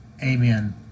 amen